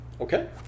Okay